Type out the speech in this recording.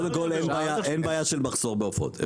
קודם כל, אין בעיה של מחסור בעופות.